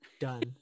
done